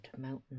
mountain